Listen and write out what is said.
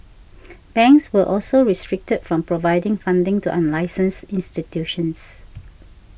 banks were also restricted from providing funding to unlicensed institutions